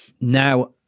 Now